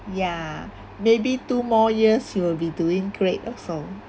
ya maybe two more years you will be doing great also